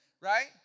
right